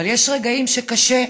אבל יש רגעים שקשה.